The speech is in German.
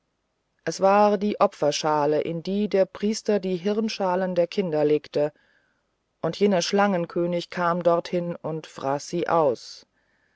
es war die opferschale in die der priester die hirnschalen der kinder legte und jener schlangenkönig kam dorthin und fraß sie aus